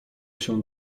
się